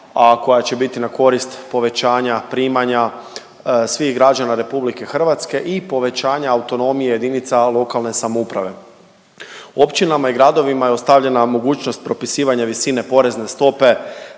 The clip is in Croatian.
a koja će biti na korist povećanja primanja svih građana RH i povećanja autonomije jedinica lokalne samouprave. Općinama i gradovima je ostavljena mogućnost propisivanja visine porezne stope,